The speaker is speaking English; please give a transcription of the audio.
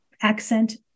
accent